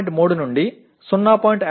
3 నుండి 0